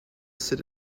sit